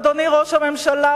אדוני ראש הממשלה,